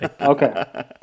okay